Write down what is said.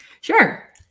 Sure